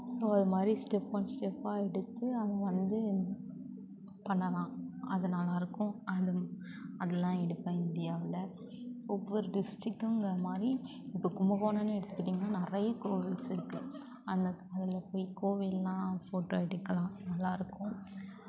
so அதுமாரி step one ஸ்டெப்பாக எடுத்து அது வந்து பண்ணலாம் அது நல்லாயிருக்கும் அந்த அதெல்லாம் எடுப்பேன் இந்தியாவில் ஒவ்வொரு டிஸ்ட்ரிக்குங்கிற மாதிரி இப்போ கும்பகோணம்னு எடுத்துக்கிட்டீங்கன்னால் நிறைய கோவில்ஸ் இருக்குது அதில் அதில் போய் கோவிலெல்லாம் ஃபோட்டோ எடுக்கலாம் நல்லா இருக்கும்